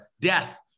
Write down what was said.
death